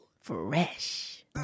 Fresh